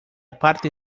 parte